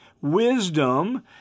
Wisdom